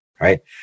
right